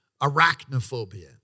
arachnophobia